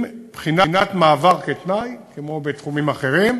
עם בחינת מעבר כתנאי, כמו בתחומים אחרים,